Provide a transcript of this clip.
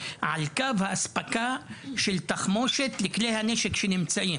על קו האספקה של תחמושת לכלי הנשק שנמצאים.